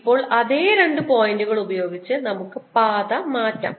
ഇപ്പോൾ അതേ രണ്ട് പോയിന്റുകൾ ഉപയോഗിച്ച് നമുക്ക് പാത മാറ്റാം